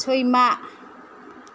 सैमा